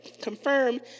confirm